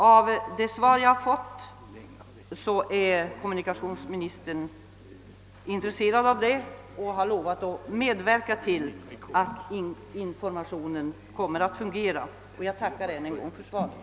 Av det svar jag fått framgår att kommunikationsministern är intresserad därav, och han har lovat att medverka till att informationen fungerar. Jag tackar än en gång för svaret.